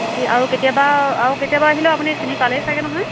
তে কি আৰু কেতিয়াবা আৰু কেতিয়াবা আহিলেও আপুনি চিনি পালেই চাগে নহয়